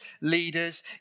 leaders